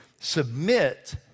submit